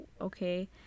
okay